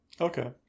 Okay